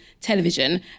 television